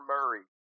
Murray